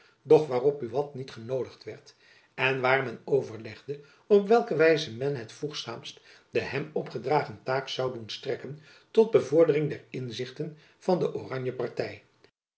doch waarop buat niet genoodigd werd en waar men overlegde op welke wijze men het voegzaamst de hem opgedragen taak zoû doen strekken tot bevordering der inzichten van de oranje party